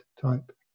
type